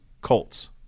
Colts